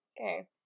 Okay